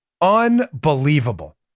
Unbelievable